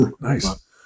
Nice